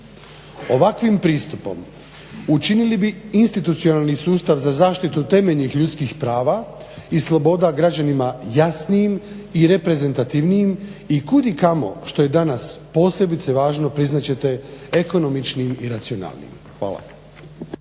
Ovakvim pristupom učinili bi institucionalni sustav za zaštitu temeljnih ljudskih prava i sloboda građanima jasnijim i reprezentativnijim i kudikamo što je danas posebice važno priznat ćete ekonomičnim i racionalnim. Hvala.